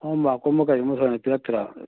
ꯍꯣꯝꯋꯥꯛꯀꯨꯝꯕ ꯀꯔꯤꯒꯨꯝꯕ ꯊꯣꯏꯅ ꯄꯤꯔꯛꯇ꯭ꯔꯥ